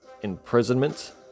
imprisonment